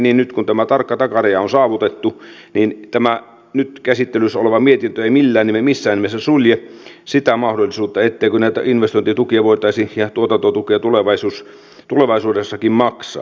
kuitenkaan nyt kun tämä tarkka takaraja on saavutettu tämä nyt käsittelyssä oleva mietintö ei missään nimessä sulje sitä mahdollisuutta etteikö näitä investointitukia voitaisi ja tuotantotukea tulevaisuudessakin maksaa